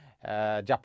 Japan